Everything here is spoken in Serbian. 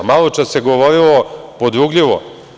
Maločas se govorilo podrugljivo.